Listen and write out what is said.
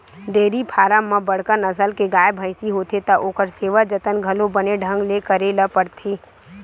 dairy farm म बड़का नसल के गाय, भइसी होथे त ओखर सेवा जतन घलो बने ढंग ले करे ल परथे